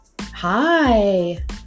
Hi